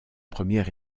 première